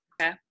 Okay